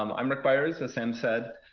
um i'm rick byers, as sam said.